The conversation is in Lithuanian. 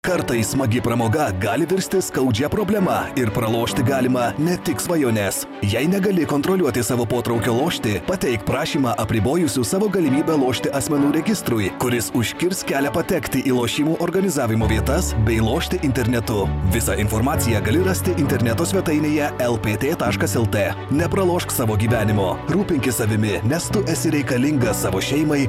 kartais smagi pramoga gali virsti skaudžia problema ir pralošti galima ne tik svajones jei negali kontroliuoti savo potraukio lošti pateik prašymą apribojusių savo galimybę lošti asmenų registrui kuris užkirs kelią patekti į lošimų organizavimo vietas bei lošti internetu visą informaciją gali rasti interneto svetainėje lpd taškas el tė nepralošk savo gyvenimo rūpinkis savimi nes tu esi reikalingas savo šeimai